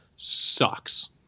sucks